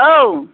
औ